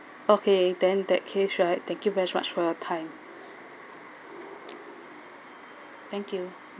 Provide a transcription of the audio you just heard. okay then that case right thank you very much for your time thank you